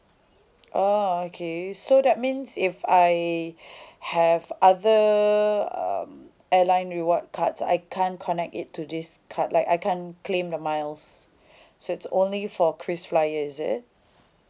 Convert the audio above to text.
oh okay so that means if I have other um airline reward cards I can't connect it to this card like I can't claim the miles so it's only for krisflyer is it